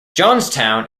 johnstown